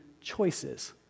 choices